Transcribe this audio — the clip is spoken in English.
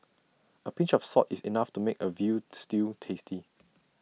A pinch of salt is enough to make A Veal Stew tasty